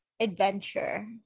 adventure